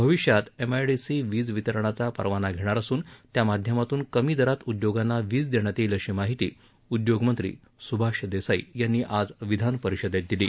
भविष्यात एमआयडीसी वीज वितरणाचा परवाना घेणार असून त्या माध्यमातून कमी दरात उद्योगांना वीज देण्यात येईल अशी माहिती उद्योगमंत्री स्भाष देसाई यांनी आज विधान परिषदेत दिली